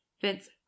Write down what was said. Vince